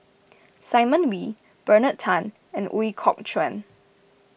Simon Wee Bernard Tan and Ooi Kok Chuen